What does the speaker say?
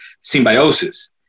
symbiosis